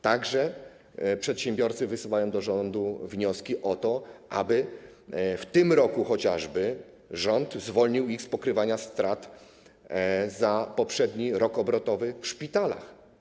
Także przedsiębiorcy wysyłają do rządu wnioski o to, aby chociażby w tym roku rząd zwolnił ich z pokrywania strat za poprzedni rok obrotowy w szpitalach.